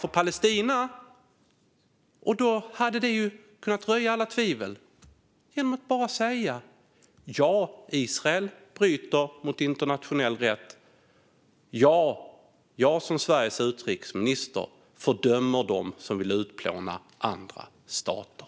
Han kunde ha röjt alla tvivel genom att säga: Ja, Israel bryter mot internationell rätt. Ja, jag som Sveriges utrikesminister fördömer dem som vill utplåna andra stater.